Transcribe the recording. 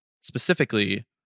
specifically